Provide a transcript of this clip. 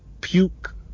puke